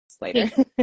later